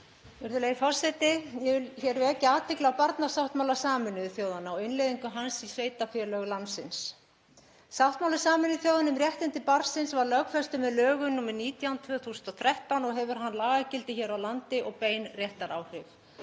Virðulegi forseti. Ég vil vekja athygli á barnasáttmála Sameinuðu þjóðanna og innleiðingu hans í sveitarfélögum landsins. Sáttmáli Sameinuðu þjóðanna um réttindi barnsins var lögfestur með lögum nr. 19/2013 og hefur hann lagagildi hér á landi og bein réttaráhrif.